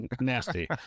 nasty